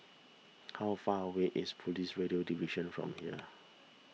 how far away is Police Radio Division from here